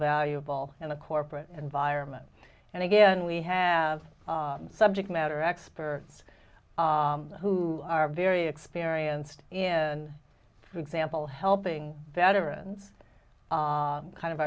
valuable in a corporate environment and again we have subject matter experts who are very experienced in example helping veterans kind of